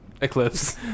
Eclipse